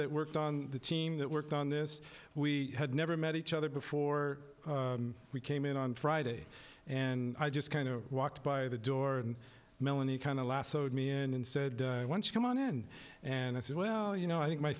that worked on the team that worked on this we had never met each other before we came in on friday and i just kind of walked by the door and melanie kind of lassoed me and said come on end and i said well you know i think my